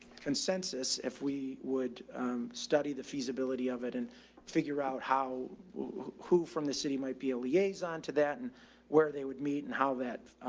consensus if we would study the feasibility of it and figure out how w who from the city might be a liaison to that and where they would meet and how that,